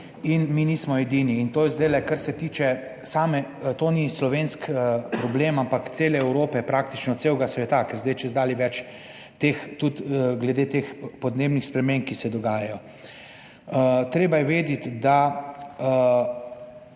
se tiče same, to ni slovenski problem, ampak cele Evrope, praktično celega sveta, ker zdaj čedalje več teh, tudi glede teh podnebnih sprememb, ki se dogajajo. Treba je vedeti, da